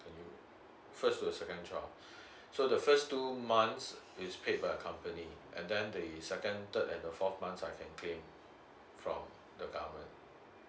first to the second child so the first two months is paid by company and then the second third and the fourth months I can claim from the government